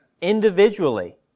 individually